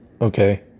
Okay